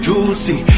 Juicy